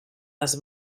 les